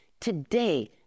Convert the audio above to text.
Today